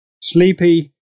Sleepy